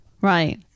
Right